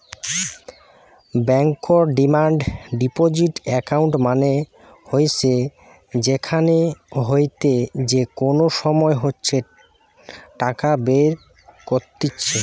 বেঙ্কর demand deposit account মানে হইসে যেখান হইতে যে কোনো সময় ইচ্ছে টাকা বের কত্তিছে